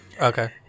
okay